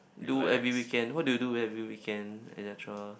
do every weekend what do you do every weekend etcetera